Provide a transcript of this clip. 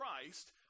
Christ